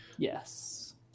Yes